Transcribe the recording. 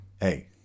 hey